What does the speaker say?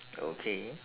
okay